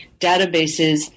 databases